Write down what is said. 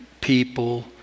people